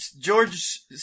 George